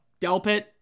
Delpit